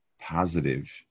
positive